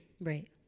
Right